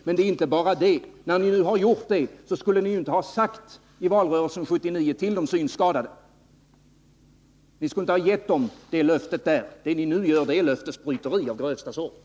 Men när ni nu har gjort detta skulle ni i valrörelsen 1979 inte ha gett de synskadade något löfte. Vad ni nu gör er skyldiga till är löftesbryteri av grövsta sort.